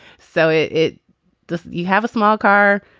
so it it does you have a small car.